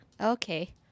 Okay